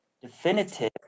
definitive